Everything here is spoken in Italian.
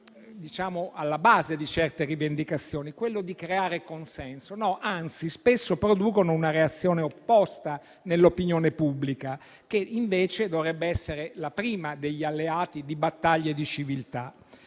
essere alla base di certe rivendicazioni, ossia quello di creare consenso. Anzi, spesso producono una reazione opposta nell'opinione pubblica, che invece dovrebbe essere la prima degli alleati nelle battaglie di civiltà.